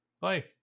bye